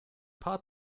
paar